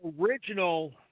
original